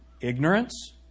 Ignorance